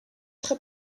très